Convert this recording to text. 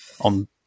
on